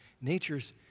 nature's